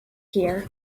here